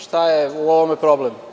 Šta je u ovome problem?